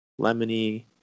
lemony